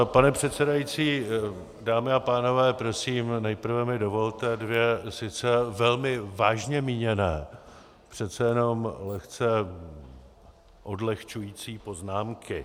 Pane předsedající, dámy a pánové, prosím, nejprve mi dovolte dvě sice velmi vážně míněné, ale přece jenom lehce odlehčující poznámky.